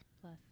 plus